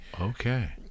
Okay